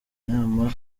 inama